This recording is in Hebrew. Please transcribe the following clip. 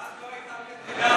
אבל אז לא הייתה מדינה.